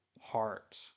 heart